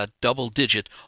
double-digit